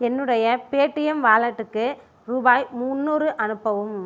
என்னுடைய பேடீஎம் வாலெட்டுக்கு ரூபாய் முந்நூறு அனுப்பவும்